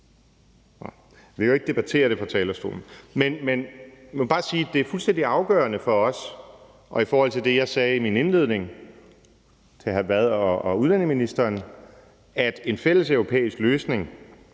vi jo ikke debattere sådan her på talerstolen. Jeg må bare sige, at det er fuldstændig afgørende for os og afgørende i forhold til det, jeg sagde i min indstilling til hr. Frederik Vad og udlændingeministeren, at en fælleseuropæisk løsning